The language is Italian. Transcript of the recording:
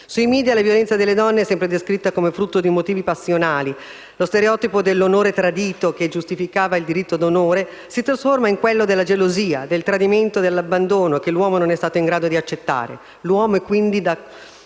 Sui *media* la violenza sulle donne è sempre descritta come frutto di motivi passionali. Lo stereotipo dell'"onore" tradito, che giustificava il diritto d'onore, si trasforma in quello della gelosia, del tradimento, dell'abbandono che l'uomo non è stato in grado di accettare. L'uomo è quindi da